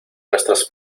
nuestras